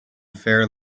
fair